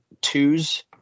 twos